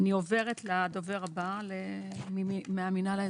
אני עוברת לדובר הבא מהמינהל האזרחי.